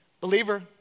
believer